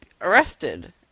arrested